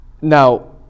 Now